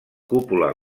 cúpula